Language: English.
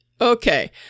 Okay